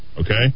okay